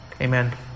Amen